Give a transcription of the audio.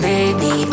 Baby